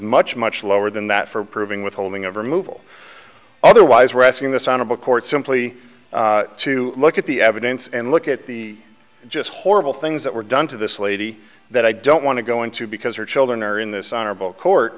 much much lower than that for approving withholding of removal otherwise we're asking this honorable court simply to look at the evidence and look at the just horrible things that were done to this lady that i don't want to go into because her children are in this honorable court